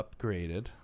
upgraded